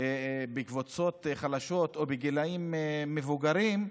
בקבוצות חלשות או בגילים מבוגרים,